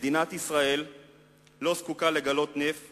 מדינת ישראל לא זקוקה לגלות נפט